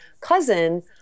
cousin